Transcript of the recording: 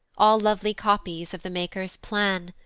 all lovely copies of the maker's plan.